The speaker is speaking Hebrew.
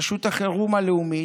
רשות החירום הלאומית,